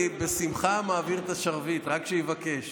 אני בשמחה מעביר את השרביט, רק שיבקש.